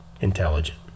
intelligent